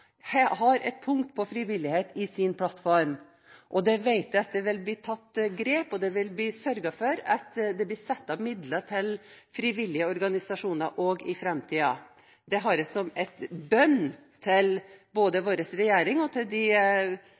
har et punkt om frivillighet i sin plattform. Vi vet at det blir tatt grep, og det vil bli sørget for at det blir satt av midler til frivillige organisasjoner også i framtiden. Det har jeg som en bønn til både vår regjering og til de